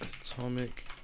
Atomic